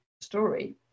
story